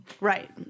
Right